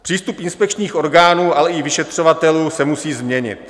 Přístup inspekčních orgánů, ale i vyšetřovatelů se musí změnit.